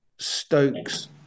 Stokes